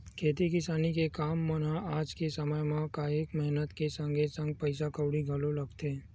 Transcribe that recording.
खेती किसानी के काम मन म आज के समे म काहेक मेहनत के संगे संग पइसा कउड़ी घलो लगथे